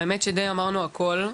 האמת שבערך אמרנו הכול.